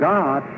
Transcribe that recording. God